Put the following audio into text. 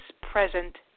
present